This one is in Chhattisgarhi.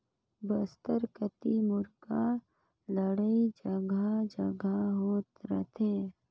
बस्तर कति मुरगा लड़ई जघा जघा होत रथे